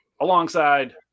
alongside